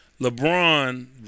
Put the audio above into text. LeBron